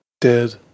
Dead